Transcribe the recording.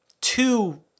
two